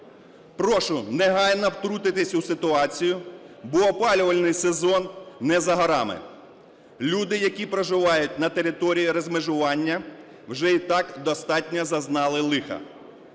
Прошу негайно втрутитися у ситуацію, бо опалювальний сезон не за горами. Люди, які проживають на території розмежування вже і так достатньо зазнали лиха.